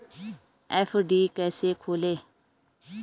FD कैसे खोलें?